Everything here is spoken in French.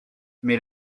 mais